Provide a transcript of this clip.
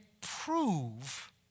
prove